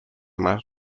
más